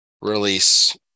release